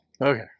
Okay